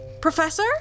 Professor